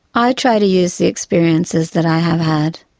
i try to use the experiences that i have had,